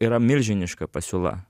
yra milžiniška pasiūla